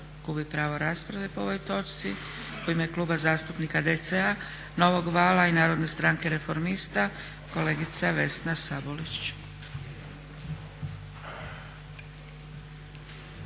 gubi pravo rasprave po ovoj točci. U ime Kluba zastupnika DC-a Novog vala i Narodne stranke reformista kolegica Vesna Sabolić.